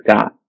God